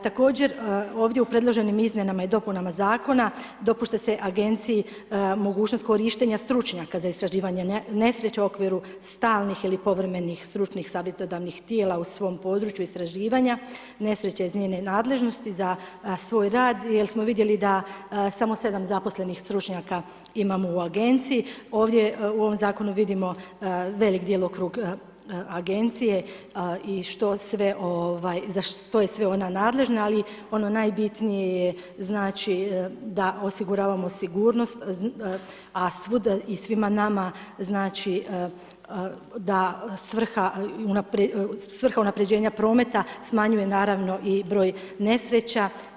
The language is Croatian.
Također ovdje u predloženim izmjenama i dopunama zakona dopušta se agenciji mogućnost korištenja stručnjaka za istraživanje nesreća u okviru stalnih ili povremenih stručnih savjetodavnih tijela u svom području istraživanja, nesreća iz njene nadležnosti za svoj rad jer smo vidjeli da samo 7 zaposlenih stručnjaka imamo u agenciji, ovdje u ovom zakonu vidimo velik djelokrug agencije i za što je sve ona nadležna ali ono najbitnije je znači da osiguravamo sigurnost a svuda i svima nama znači da svrha unapređenja prometa smanjuje naravno i broj nesreća.